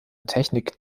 technik